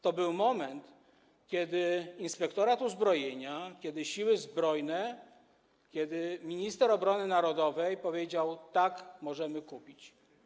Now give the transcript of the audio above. To był moment, kiedy Inspektorat Uzbrojenia, kiedy Siły Zbrojne, kiedy minister obrony narodowej powiedział: tak, możemy kupić.